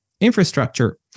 infrastructure